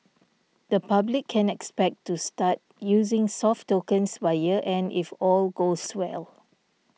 the public can expect to start using soft tokens by year end if all goes well